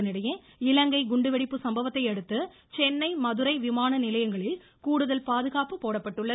இதனிடையே இலங்கை குண்டுவெடிப்பு சம்பவத்தையடுத்து சென்னை மதுரை விமான நிலையங்களில் கூடுதல் பாதுகாப்பு போடப்பட்டுள்ளது